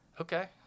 Okay